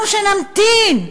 ואמרנו שנמתין.